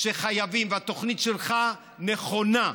והתוכנית שלך נכונה,